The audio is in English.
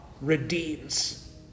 redeems